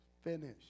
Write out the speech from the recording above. Finish